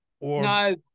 No